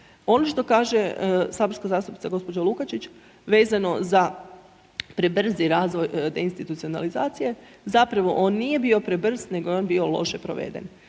Ono što kaže saborska zastupnica gospođa Lukačić vezano za prebrzi razvoj deinstitucionalizacije, zapravo on nije bio prebrz nego je on bio loše proveden.